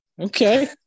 Okay